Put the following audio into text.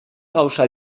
gauza